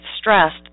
stressed